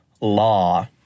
Law